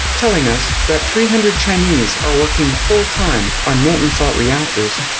telling us that three hundred chinese are working full-time on molten salt reactors.